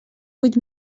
vuit